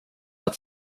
att